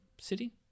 city